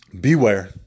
beware